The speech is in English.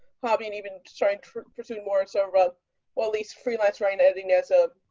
hobby and even try try anymore so wrote all these freelance writing as a